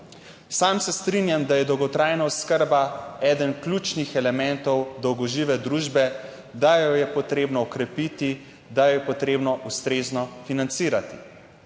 Sam se strinjam, da je dolgotrajna oskrba eden ključnih elementov dolgožive družbe, da jo je potrebno okrepiti, da jo je potrebno ustrezno financirati.